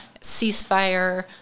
ceasefire